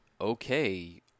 okay